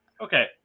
Okay